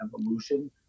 evolution